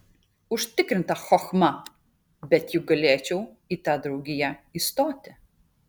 užtikrinta chochma bet juk galėčiau į tą draugiją įstoti